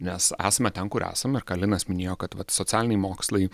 nes esame ten kur esame ką linas minėjo kad socialiniai mokslai